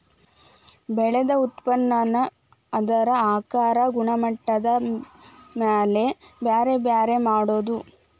ಬೆಳದ ಉತ್ಪನ್ನಾನ ಅದರ ಆಕಾರಾ ಗುಣಮಟ್ಟದ ಮ್ಯಾಲ ಬ್ಯಾರೆ ಬ್ಯಾರೆ ಮಾಡುದು